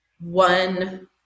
one